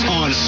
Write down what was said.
on